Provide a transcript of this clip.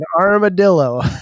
armadillo